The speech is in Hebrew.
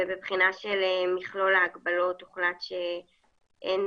ובבחינה של מכלול ההגבלות הוחלט שאין